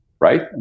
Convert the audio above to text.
right